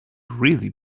really